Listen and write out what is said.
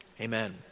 Amen